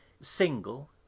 single